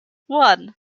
one